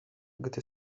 gdy